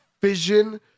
fission